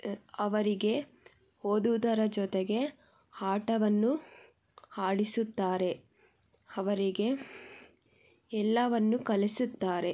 ಅವರಿಗೆ ಓದೋದರ ಜೊತೆಗೆ ಆಟವನ್ನು ಆಡಿಸುತ್ತಾರೆ ಅವರಿಗೆ ಎಲ್ಲವನ್ನು ಕಲಿಸುತ್ತಾರೆ